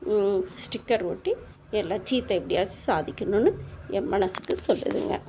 sticker ஒட்டி என் லட்சியத்தை எப்படியாச்சும் சாதிக்கணும்னு என் மனதுக்கு சொல்லுதுங்க